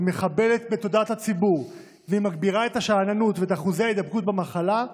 היא מחבלת בתודעת הציבור ומגבירה את השאננות ואת אחוזי ההידבקות במחלה,